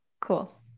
Cool